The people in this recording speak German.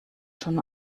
schon